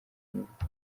n’urukundo